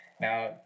Now